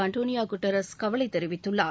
Antonio Guterres கவலை தெரிவித்துள்ளார்